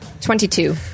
Twenty-two